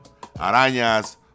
Arañas